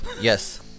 Yes